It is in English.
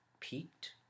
peaked